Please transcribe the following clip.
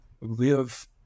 live